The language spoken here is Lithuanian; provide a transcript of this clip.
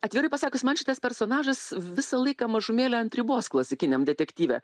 atvirai pasakius man šitas personažas visą laiką mažumėle ant ribos klasikiniam detektyve